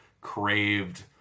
craved